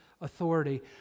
authority